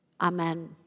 Amen